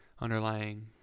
underlying